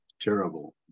terrible